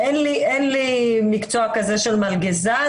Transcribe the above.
אין לי מקצוע כזה של מלגזן.